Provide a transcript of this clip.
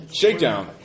Shakedown